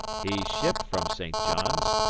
he shipped from st. john's,